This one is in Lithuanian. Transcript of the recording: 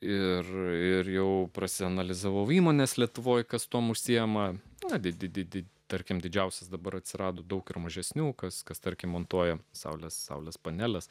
ir jau prasianalizavau įmones lietuvoje kas tuom užsiima abidvi tarkim didžiausias dabar atsirado daug ir mažesnių kas kas tarkim montuoja saulės saulės paneles